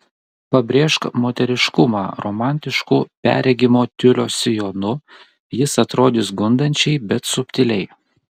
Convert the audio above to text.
pabrėžk moteriškumą romantišku perregimo tiulio sijonu jis atrodys gundančiai bet subtiliai